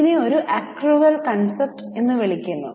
ഇതിനെ ഒരു accrual concept എന്ന് വിളിക്കുന്നു